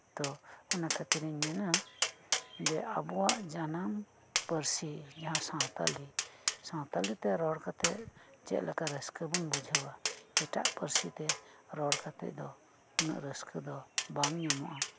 ᱛᱚ ᱚᱱᱟ ᱠᱷᱟᱹᱛᱤᱨᱤᱧ ᱢᱮᱱᱟ ᱡᱮ ᱟᱵᱩᱣᱟᱜ ᱡᱟᱱᱟᱢ ᱯᱟᱹᱨᱥᱤᱡᱟᱦᱟᱸ ᱥᱟᱶᱛᱟᱞᱤ ᱥᱟᱶᱛᱟᱞᱤ ᱛᱮ ᱨᱚᱲ ᱠᱟᱛᱮᱜ ᱪᱮᱫᱞᱮᱠᱟ ᱨᱟᱹᱥᱠᱟᱹᱵᱩᱱ ᱵᱩᱡᱷᱟᱹᱣᱟ ᱮᱴᱟᱜ ᱯᱟᱹᱨᱥᱤᱛᱮ ᱨᱚᱲ ᱠᱟᱛᱮᱜ ᱫᱚ ᱩᱱᱟᱹᱜ ᱨᱟᱹᱥᱠᱟᱹ ᱫᱚ ᱵᱟᱝ ᱧᱟᱢᱚᱜ ᱟ